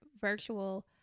virtual